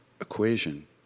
equation